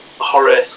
horror